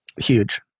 Huge